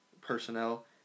personnel